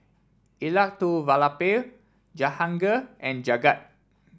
Elattuvalapil Jahangir and Jagat